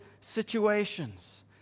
situations